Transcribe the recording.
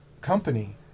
company